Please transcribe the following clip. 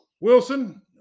Wilson